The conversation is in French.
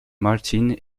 martin